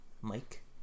Mike